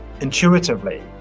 intuitively